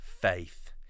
faith